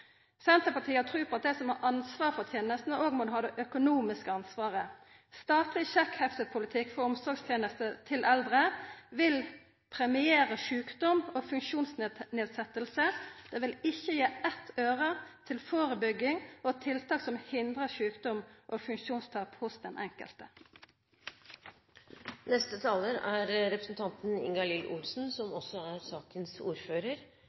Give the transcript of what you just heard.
Senterpartiet har tru på at dei som har ansvar for tenestene, òg må ha det økonomiske ansvaret. Statleg sjekkheftepolitikk for omsorgstenester til eldre vil premiera sjukdom og funksjonsnedsetjing. Det vil ikkje gi eitt øre til førebygging og tiltak som hindrar sjukdom og funksjonstap hos den enkelte. Fremskrittspartiet har alltid mer til alle gode formål enn alle andre partier, sånn er